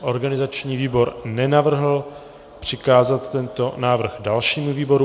Organizační výbor nenavrhl přikázat tento návrh dalšímu výboru.